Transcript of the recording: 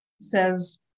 says